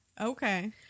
Okay